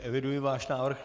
Eviduji váš návrh.